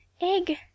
Egg